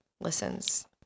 Listens